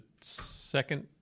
second